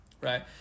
right